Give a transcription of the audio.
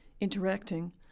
interacting